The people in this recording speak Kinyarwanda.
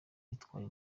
witwaye